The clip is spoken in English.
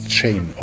chain